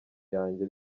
yanjye